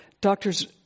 doctors